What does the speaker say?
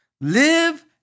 Live